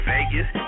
Vegas